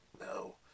No